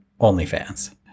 OnlyFans